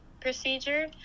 procedure